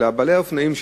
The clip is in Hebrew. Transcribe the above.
אלא בעלי אופנועים,